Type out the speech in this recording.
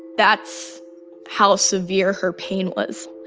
that's how severe her pain was.